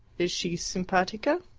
is she simpatica?